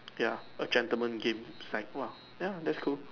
ya a gentleman games it's like [wah] ya that's cool